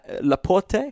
Laporte